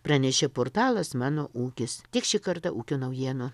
pranešė portalas mano ūkis tiek šį kartą ūkio naujienų